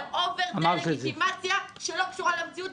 זה אובר דה-לגיטימציה שלא קשור למציאות.